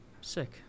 sick